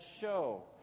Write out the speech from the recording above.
show